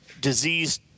disease